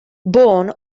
bourne